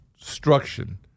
destruction